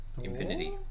Infinity